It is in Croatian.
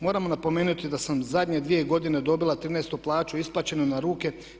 Moram napomenuti da sam zadnje dvije godine dobila 13 plaću isplaćenu na ruku.